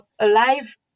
alive